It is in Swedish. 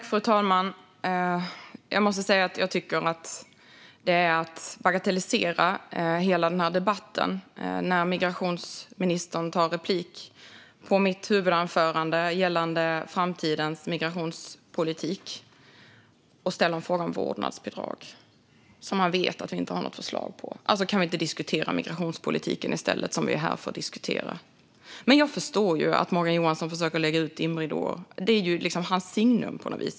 Fru talman! Jag måste säga att jag tycker att migrationsministern bagatelliserar hela den här debatten när han begär replik på mitt huvudanförande gällande framtidens migrationspolitik och ställer en fråga om vårdnadsbidrag - som han vet att vi inte har något förslag om. Kan vi inte diskutera migrationspolitiken i stället, det vill säga det vi är här för att diskutera? Jag förstår dock att Morgan Johansson försöker lägga ut dimridåer; det är ju på något vis hans signum.